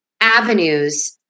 avenues